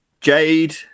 Jade